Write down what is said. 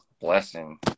blessing